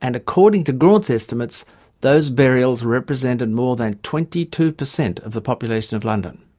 and according to graunt's estimates those burials represented more than twenty two percent of the population of london.